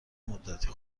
مدتی